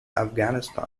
afghanistan